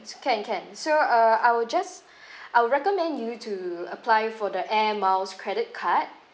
can can so uh I will just I will recommend you to apply for the air miles credit card